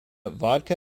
vodka